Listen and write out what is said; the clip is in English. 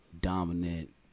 dominant